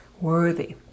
worthy